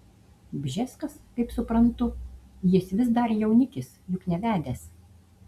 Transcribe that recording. bžeskas kaip suprantu jis vis dar jaunikis juk nevedęs